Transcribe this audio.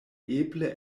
eble